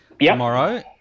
tomorrow